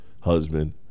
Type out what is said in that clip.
husband